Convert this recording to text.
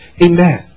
Amen